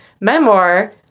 memoir